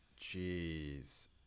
Jeez